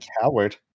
coward